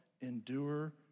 endure